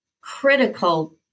critical